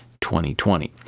2020